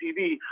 TV